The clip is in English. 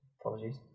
Apologies